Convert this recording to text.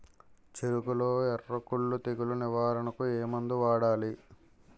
చెఱకులో ఎర్రకుళ్ళు తెగులు నివారణకు ఏ మందు వాడాలి?